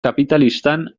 kapitalistan